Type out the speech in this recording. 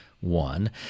one